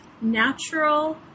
natural